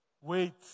Wait